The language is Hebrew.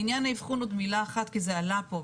לעניין האבחון עוד מילה אחת כי זה עלה פה.